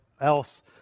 else